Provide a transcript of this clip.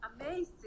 Amazing